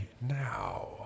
now